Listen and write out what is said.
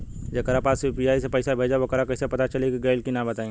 जेकरा पास यू.पी.आई से पईसा भेजब वोकरा कईसे पता चली कि गइल की ना बताई?